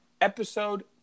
episode